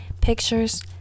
pictures